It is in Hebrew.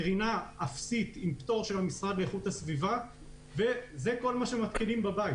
קרינה אפסית עם פטור של המשרד להגנת הסביבה וזה כל מה שמתקינים בבית.